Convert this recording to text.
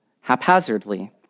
haphazardly